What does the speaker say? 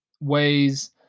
ways